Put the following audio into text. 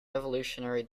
evolutionary